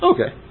Okay